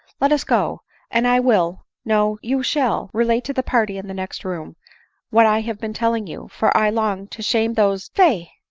let us go and i will no, you shall a relate to the party in the next room what i have been telling you, for i long to shame those d